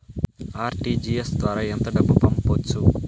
RTGS ద్వారా ఎంత డబ్బు పంపొచ్చు?